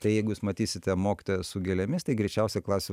tai jeigu jūs matysite mokytoją su gėlėmis tai greičiausiai klasių